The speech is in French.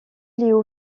leo